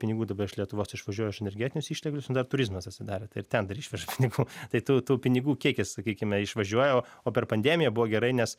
pinigų dabar iš lietuvos išvažiuoja už energetinius išteklius nu dar turizmas atsidarė tai ir ten dar išveža pinigų tai tų tų pinigų kiekis sakykime išvažiuoja o o per pandemiją buvo gerai nes